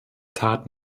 tat